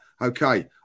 okay